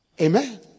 Amen